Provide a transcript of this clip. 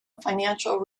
financial